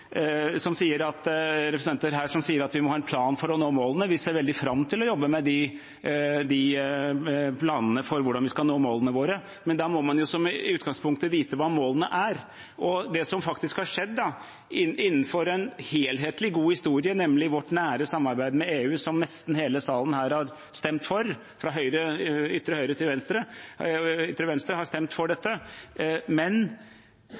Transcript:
representanter her som sier at vi må ha en plan for å nå målene. Vi ser veldig fram til å jobbe med de planene for hvordan vi skal nå målene våre. Men da må man i utgangspunktet vite hva målene er. Det som faktisk har skjedd, innenfor en helhetlig, god historie, nemlig vårt nære samarbeid med EU som nesten hele salen her, fra ytre høyre til ytre venstre, har stemt for,